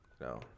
no